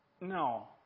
No